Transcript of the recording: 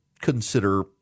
consider